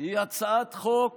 היא הצעת חוק